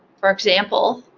for example,